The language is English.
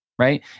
Right